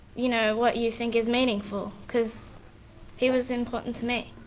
you know, what you think is meaningful because he was important to me.